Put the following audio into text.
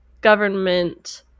government